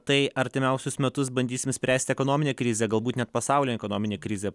tai artimiausius metus bandysim spręst ekonominę krizę galbūt net pasaulio ekonominę krizę